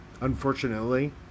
unfortunately